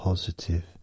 Positive